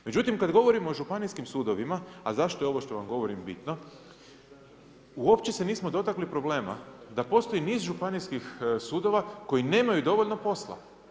Međutim kad govorimo o županijskim sudovima, a zašto je ovo što vam govorim bitno, uopće se nismo dotakli problema da postoji niz županijskih sudova koji nemaju dovoljno posla.